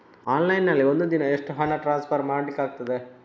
Online ನಲ್ಲಿ ಒಂದು ದಿನ ಎಷ್ಟು ಹಣ ಟ್ರಾನ್ಸ್ಫರ್ ಮಾಡ್ಲಿಕ್ಕಾಗ್ತದೆ?